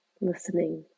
listening